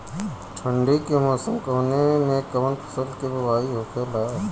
ठंडी के मौसम कवने मेंकवन फसल के बोवाई होखेला?